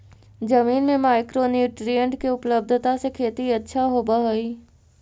जमीन में micro nutrient के उपलब्धता से खेती अच्छा होब हई